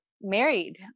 married